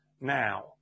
now